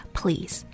please